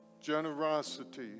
generosity